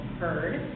heard